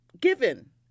Given